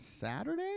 saturday